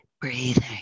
breathing